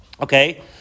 Okay